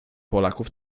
polaków